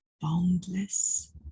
boundless